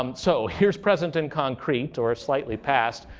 um so here's present in concrete or slightly past.